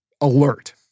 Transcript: alert